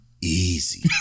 easy